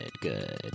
good